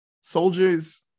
soldiers